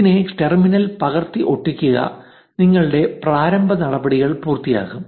ഇതിനെ ടെർമിനലിൽ പകർത്തി ഒട്ടിക്കുക നിങ്ങളുടെ പ്രാരംഭ നടപടികൾ പൂർത്തിയാകും